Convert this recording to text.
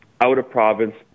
out-of-province